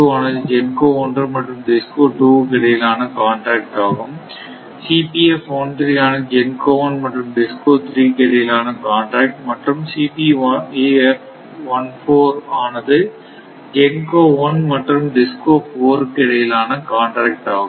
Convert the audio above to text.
ஆனது GENCO 1 மற்றும் DISCO 2 க்கு இடையிலான கண்டாக்ட் ஆனது GENCO 1 மற்றும் DISCO 3 க்கு இடையிலான கண்டாக்ட் மற்றும் ஆனது GENCO 1 மற்றும் DISCO 4 க்கு இடையிலான கண்டாக்ட் ஆகும்